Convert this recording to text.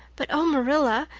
but oh, marilla,